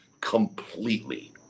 completely